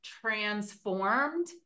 transformed